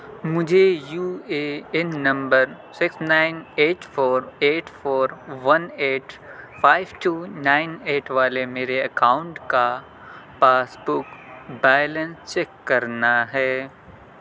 مجھے U A N number six nine eight four eight four one eight five two nine eight والے میرے account کا passbook balance check کرنا ہے